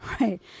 Right